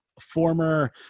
former